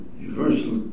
universal